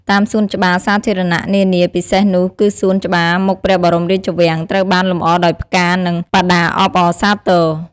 តាមសួនច្បារសាធារណៈនានាពិសេសនោះគឺសួនច្បារមុខព្រះបរមរាជវាំងត្រូវបានលម្អដោយផ្កា និងបដាអបអរសាទរ។